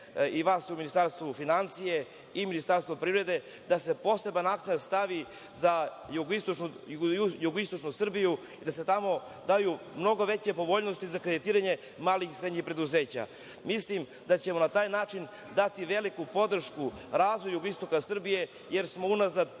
i vas u Ministarstvu finansija i Ministarstvu privrede, da se poseban akcenat stavi za jugoistočnu Srbiju i da se tamo daju mnogo veće povoljnosti za kreditiranje malih i srednjih preduzeća. Mislim da ćemo na taj način dati veliku podršku razvoju jugoistoka Srbije jer smo unazad